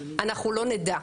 אנחנו לא נדע.